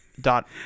Dot